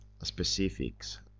specifics